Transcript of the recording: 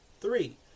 Three